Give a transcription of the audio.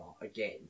again